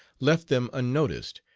left them unnoticed,